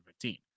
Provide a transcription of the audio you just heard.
2015